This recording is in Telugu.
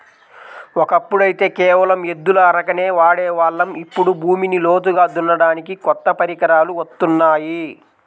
ఒకప్పుడైతే కేవలం ఎద్దుల అరకనే వాడే వాళ్ళం, ఇప్పుడు భూమిని లోతుగా దున్నడానికి కొత్త పరికరాలు వత్తున్నాయి